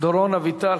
דורון אביטל.